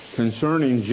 concerning